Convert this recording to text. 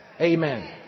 Amen